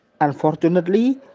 Unfortunately